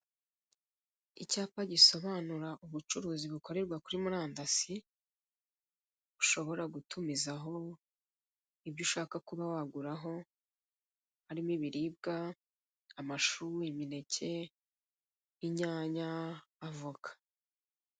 Icyapa gisobanura ubucuruzi bukorerwa kuri murandasi, ushobora gutumizaho ibyo ushaka kuba waguraho, harimo ibiribwa, amashu, imineke, inyanya, avoka.